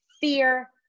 fear